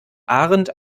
ahrendt